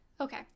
Okay